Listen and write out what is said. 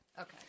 Okay